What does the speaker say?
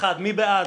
בעד?